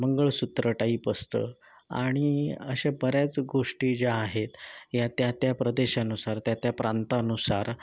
मंगळसूत्र type असतं आणि अशा बऱ्याच गोष्टी ज्या आहेत या त्या त्या प्रदेशानुसार त्या त्या प्रांतानुसार